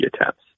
attempts